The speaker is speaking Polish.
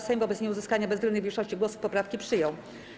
Sejm wobec nieuzyskania bezwzględnej większości głosów poprawki przyjął.